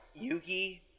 Yugi